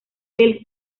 del